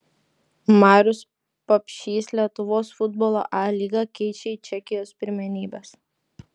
marius papšys lietuvos futbolo a lygą keičia į čekijos pirmenybes